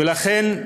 ולכן,